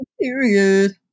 period